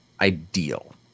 ideal